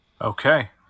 Okay